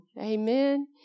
Amen